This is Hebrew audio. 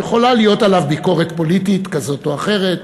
יכולה להיות עליו ביקורת פוליטית כזאת או אחרת.